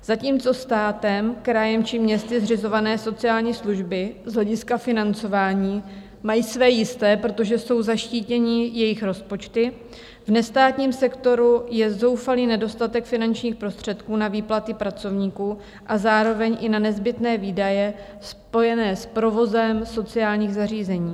Zatímco státem, krajem či městy zřizované sociální služby z hlediska financování mají své jisté, protože jsou zaštítěny jejich rozpočty, v nestátním sektoru je zoufalý nedostatek finančních prostředků na výplaty pracovníků a zároveň i na nezbytné výdaje spojené s provozem sociálních zařízení.